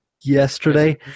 yesterday